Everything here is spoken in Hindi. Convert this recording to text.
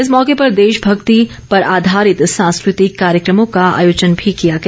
इस मौके पर देश भक्ति पर आधारित सांस्कृतिक कार्यक्रमों को आयोजन भी किया गया